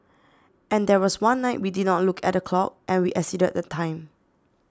and there was one night we did not look at the clock and we exceeded the time